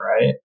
right